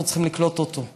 אנחנו צריכים לקלוט אותו,